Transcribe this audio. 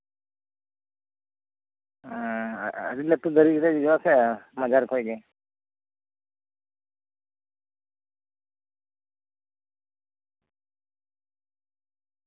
ᱦᱮᱸ ᱟᱹᱰᱤ ᱞᱟᱴᱩ ᱫᱟᱨᱮ ᱠᱟᱛᱮᱫ ᱡᱚᱼᱟ ᱥᱮ ᱢᱟᱡᱷᱟᱨᱤ ᱠᱷᱚᱱ ᱜᱮ